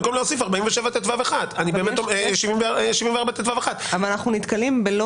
במקום להוסיף 74טו1. אבל אנחנו נתקלים בלא